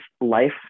life